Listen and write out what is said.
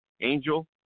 Angel